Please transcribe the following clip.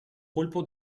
colpo